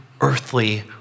earthly